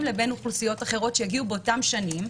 לבין אוכלוסיות אחרות שהגיעו באותן שנים.